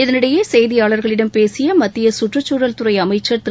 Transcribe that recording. இதனிடையே செய்தியாளர்களிடம் பேசிய மத்திய கற்றுச்சூழல்துறை அமைச்சர் திரு